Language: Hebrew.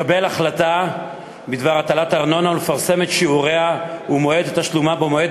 לקבל החלטה בדבר הטלת ארנונה ולפרסם את שיעוריה ומועד תשלומה במועד